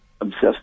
obsessed